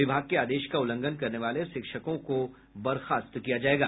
विभाग के आदेश का उल्लंघन करने वाले शिक्षकों को बर्खास्त किया जायेगा